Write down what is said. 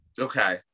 Okay